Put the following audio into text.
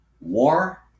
war